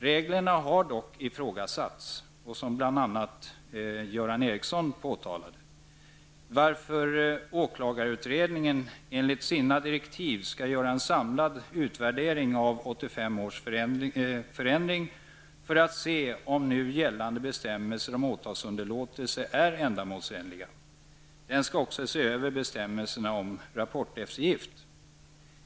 Reglerna har dock ifrågasatts, som bl.a. Göran Ericsson påpekade, varför åklagarutredningen enligt sina direktiv skall göra en samlad utvärdering av 1985 års förändring för att se om nu gällande bestämmelser om åtalsunderlåtelse är ändamålsenliga. Den skall också se över bestämmelserna om rapporteftergift.